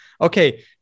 okay